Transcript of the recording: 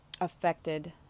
affected